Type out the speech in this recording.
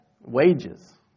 Wages